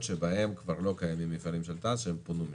שבהם כבר לא קיימים מפעלים של תע"ש שפונו שם,